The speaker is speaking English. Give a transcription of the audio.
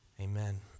Amen